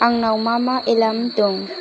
आंनाव मा मा एलार्म दं